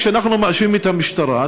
כשאנחנו מאשימים את המשטרה,